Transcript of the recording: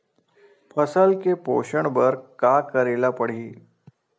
फसल के पोषण बर का करेला पढ़ही?